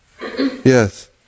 Yes